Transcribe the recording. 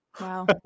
Wow